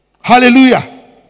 Hallelujah